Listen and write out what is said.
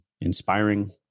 inspiring